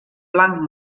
blanc